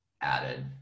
added